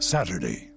Saturday